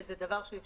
וזה דבר שהוא אפשרי.